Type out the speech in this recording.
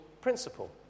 principle